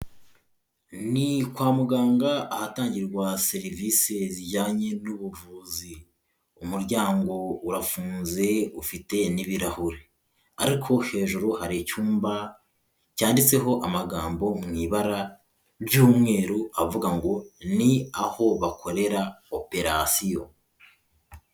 Ni kwa muganga ahatangirwa serivisi zijyanye n'ubuvuzi. Umuryango urafunze ufite n'ibirahure. Ariko hejuru hari icyumba cyanditseho amagambo mu ibara ry'umweru avuga ngo ni aho bakorera operasiyo.